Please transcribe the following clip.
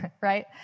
right